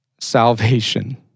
salvation